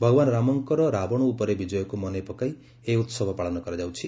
ଭଗବାନ୍ ରାମଙ୍କର ରାବଣ ଉପରେ ବିଜୟକ୍ତ ମନେପକାଇ ଏହି ଉହବ ପାଳନ କରାଯାଉଛି